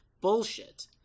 bullshit